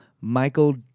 Michael